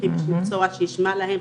צריכים איש מקצוע שישמע להם,